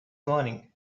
morning